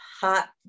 hot